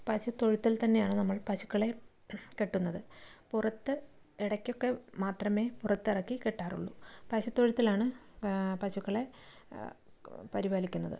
പശുത്തൊഴുത്തിൽ തന്നെയാണ് നമ്മൾ പശുക്കളെ കെട്ടുന്നത് പുറത്ത് ഇടയ്ക്കൊക്കെ മാത്രമേ പുറത്തിറക്കി കെട്ടാറുള്ളൂ പശുത്തൊഴുത്തിലാണ് പശുക്കളെ പരിപാലിക്കുന്നത്